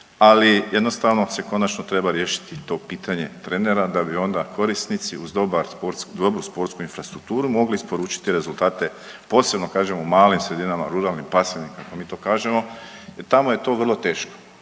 ali jednostavno se konačno treba riješiti i to pitanje trenera da bi onda korisnici uz dobru sportsku infrastrukturu mogli isporučiti rezultate posebno kažem u malim sredinama, ruralnim, pasivnim kako mi to kažemo jer tamo je to vrlo teško.